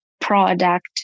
product